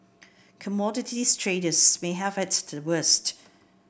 commodities traders may have it the worst